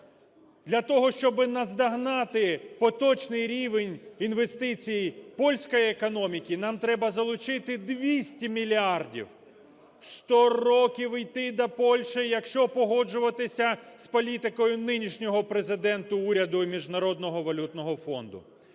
Для того, щоб наздогнати поточний рівень інвестицій польської економіки, нам треба залучити 200 мільярдів.100 років йти до Польщі, якщо погоджуватися з політикою нинішнього Президента, уряду і Міжнародного валютного фонду.